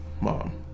mom